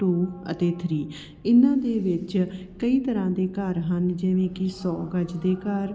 to ਅਤੇ three ਇਹਨਾਂ ਦੇ ਵਿੱਚ ਕਈ ਤਰ੍ਹਾਂ ਦੇ ਘਰ ਹਨ ਜਿਵੇਂ ਕਿ ਸੋ ਗਜ ਦੇ ਘਰ